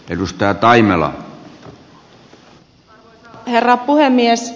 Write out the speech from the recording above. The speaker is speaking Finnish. arvoisa herra puhemies